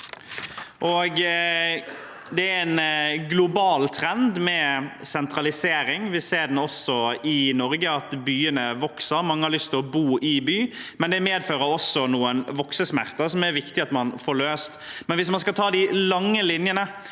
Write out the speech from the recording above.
Det er en global trend med sentralisering, og vi ser også i Norge at byene vokser, og mange har lyst til å bo i by. Samtidig medfører det noen voksesmerter som det er viktig at man får løst. Hvis man skal ta de lange linjene,